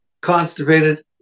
constipated